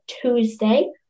Tuesday